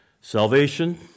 Salvation